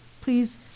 please